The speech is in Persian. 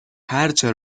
هرچه